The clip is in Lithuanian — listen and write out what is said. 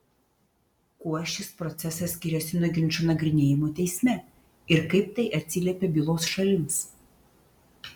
kuo šis procesas skiriasi nuo ginčo nagrinėjimo teisme ir kaip tai atsiliepia bylos šalims